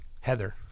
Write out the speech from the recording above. Heather